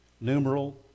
numeral